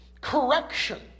correction